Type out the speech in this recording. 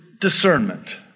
discernment